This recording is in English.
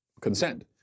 consent